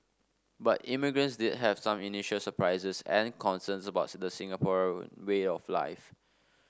but immigrants did have some initial surprises and concerns about the Singaporean way of life